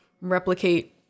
replicate-